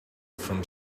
from